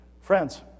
Friends